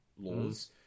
laws